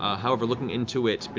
ah however, looking into it, but